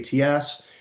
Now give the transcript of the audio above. ATS